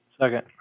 Second